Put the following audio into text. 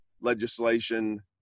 legislation